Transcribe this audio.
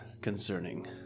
concerning